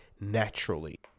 naturally